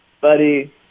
buddy